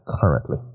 currently